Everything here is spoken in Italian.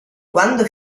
quando